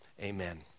amen